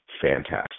fantastic